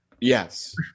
yes